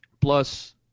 Plus